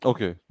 Okay